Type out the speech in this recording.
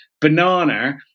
Banana